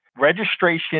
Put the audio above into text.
Registration